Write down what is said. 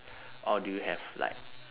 or do you have like